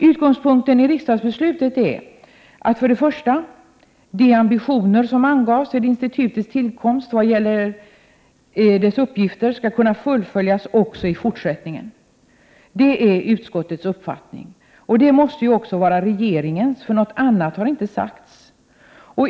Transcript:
Utgångspunkten i riksdagsbeslutet är för det första, att de ambitioner som angavs vid institutets tillkomst vad gäller dess uppgifter skall kunna fullföljas också i fortsättningen. Detta är utskottets uppfattning. Det måste också vara regeringens uppfattning, för någon annan har inte framkommit.